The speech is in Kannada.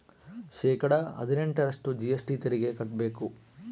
ಶೇಕಡಾ ಹದಿನೆಂಟರಷ್ಟು ಜಿ.ಎಸ್.ಟಿ ತೆರಿಗೆ ಕಟ್ಟ್ಬೇಕು